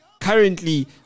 currently